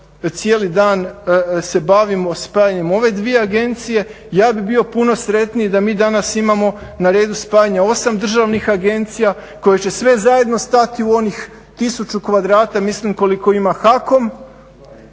cijeli dan se bavimo spajanjem ove dvije agencije. Ja bih bio puno sretniji da mi danas imamo na redu spajanje osam državnih agencija koje će sve zajedno stati u onih 1000 kvadrata mislim koliko ima HAKOM